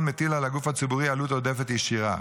מטיל על הגוף הציבורי עלות עודפת ישירה.